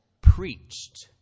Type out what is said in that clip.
preached